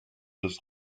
des